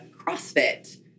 CrossFit